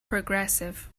progressive